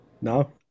No